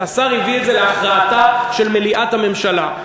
והשר הביא את זה להכרעתה של מליאת הממשלה.